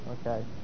Okay